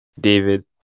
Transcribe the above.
david